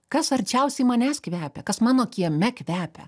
kas arčiausiai manęs kvepia kas mano kieme kvepia